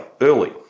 early